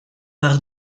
par